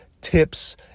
tips